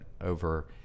over